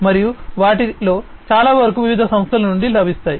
మరియు వాటిలో చాలా వరకు వివిధ సంస్థల నుండి లభిస్తాయి